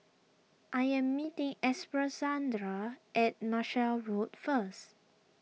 I am meeting at Marshall Road first